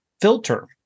filter